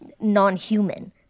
non-human